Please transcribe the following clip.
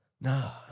Nah